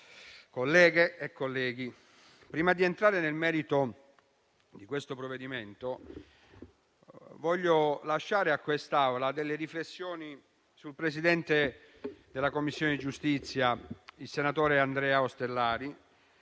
colleghe e colleghi, prima di entrare nel merito del provvedimento in esame voglio lasciare all'Assemblea delle riflessioni sul Presidente della Commissione giustizia, il senatore Andrea Ostellari,